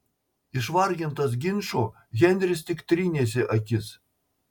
išvargintas ginčo henris tik trynėsi akis